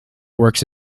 works